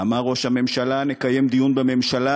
אמר ראש הממשלה: נקיים דיון בממשלה,